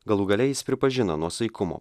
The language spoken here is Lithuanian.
galų gale jis pripažino nuosaikumo